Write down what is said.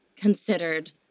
considered